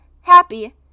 happy